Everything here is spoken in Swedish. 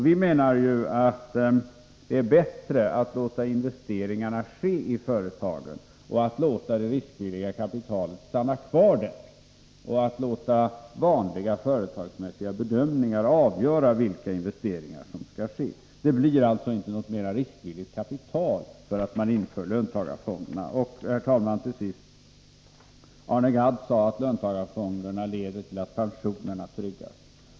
Vi menar att det är bättre att låta investeringarna ske i företag, att låta det riskvilliga kapitalet stanna kvar där och att låta vanliga företagsmässiga bedömningar avgöra vilka investeringar som skall ske. Det blir inte mer riskvilligt kapital därför att man inför löntagarfonder. Till sist, herr talman! Arne Gadd sade att löntagarfonderna leder till att pensionerna tryggas.